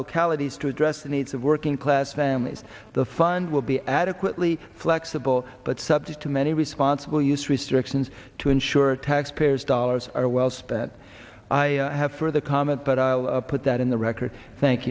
localities to address in the of working class families the fund will be adequately flexible but subject to many responsible use restrictions to ensure taxpayers dollars are well spent i have further comment but i'll put that in the record thank